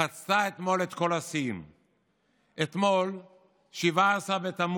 הצעת חוק שירות ביטחון (תיקון מס' 18 והוראת שעה)